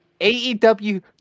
AEW